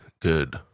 good